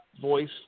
voice